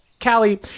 Callie